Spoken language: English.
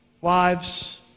Wives